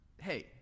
Hey